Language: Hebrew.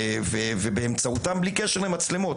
ובלי קשר למצלמות,